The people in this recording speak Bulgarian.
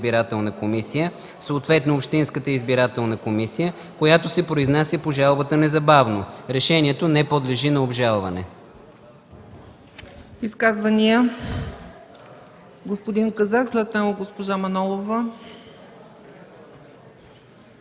Изказване – господин Казак. След него госпожа Манолова.